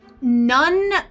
None